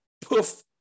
poof